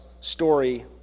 story